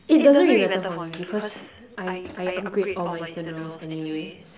it doesn't even matter for me it because I I upgrade all my instant noodles anyway